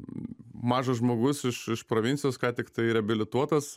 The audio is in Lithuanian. mažas žmogus iš iš provincijos ką tiktai reabilituotas